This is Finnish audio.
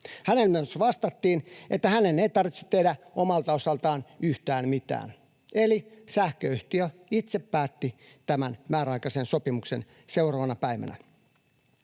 Hänelle myös vastatiin, että hänen ei tarvitse tehdä omalta osaltaan yhtään mitään. Eli sähköyhtiö itse päätti tämän määräaikaisen sopimuksen seuraavana päivänä.